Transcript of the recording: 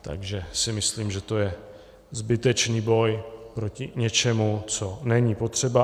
Takže si myslím, že to je zbytečný boj proti něčemu, co není potřeba.